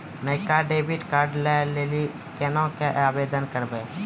नयका डेबिट कार्डो लै लेली केना के आवेदन करबै?